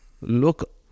look